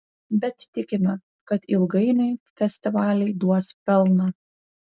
bet tikime kad ilgainiui festivaliai duos pelną